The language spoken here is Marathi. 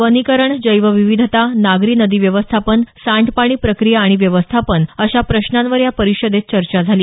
वनीकरण जैव विविधता नागरी नदी व्यवस्थापन सांडपाणी प्रक्रिया आणि व्यवस्थापन अशा प्रश्नांवर या परिषदेत चर्चा झाली